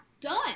done